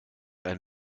ein